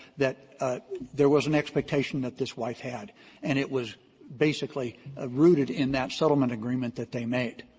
that there was an expectation that this wife had and it was basically ah rooted in that settlement agreement that they made.